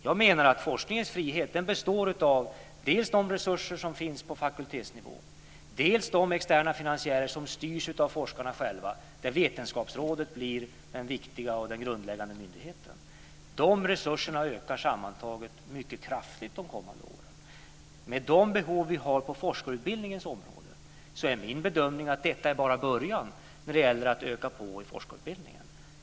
Jag menar att forskningens frihet består av dels de resurser som finns på fakultetsnivå, dels de externa finansiärer som styrs av forskarna själva där Vetenskapsrådet blir den viktiga och grundläggande myndigheten. De resurserna ökar sammantaget mycket kraftigt de kommande åren. Med de behov vi har på forskarutbildningens område är min bedömning att detta bara är början när det gäller att öka på forskarutbildningen.